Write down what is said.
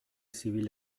civil